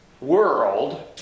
world